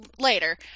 later